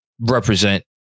represent